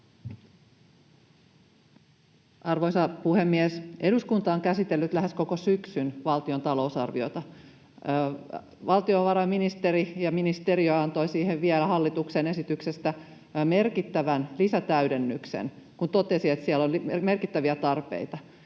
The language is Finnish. Arvoisa puhemies! Eduskunta on käsitellyt lähes koko syksyn valtion talousarviota. Valtiovarainministeri ja -ministeriö antoivat siihen vielä hallituksen esityksestä merkittävän lisätäydennyksen, kun totesivat, että siellä oli merkittäviä tarpeita.